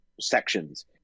sections